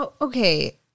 Okay